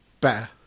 better